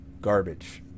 garbage